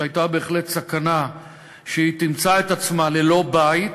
שהייתה בהחלט סכנה שהיא תמצא את עצמה ללא בית,